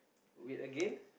weird again